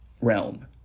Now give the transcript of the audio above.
realm